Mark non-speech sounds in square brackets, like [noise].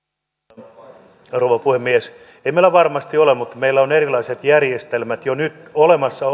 arvoisa rouva puhemies ei meillä varmasti ole mutta meillä on erilaiset järjestelmät jo nyt olemassa [unintelligible]